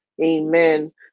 Amen